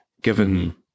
given